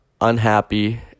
unhappy